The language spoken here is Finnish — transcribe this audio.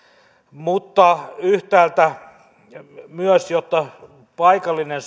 mutta yhtäältä jotta paikallinen